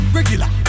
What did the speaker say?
Regular